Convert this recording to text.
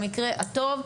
במקרה הטוב,